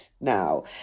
now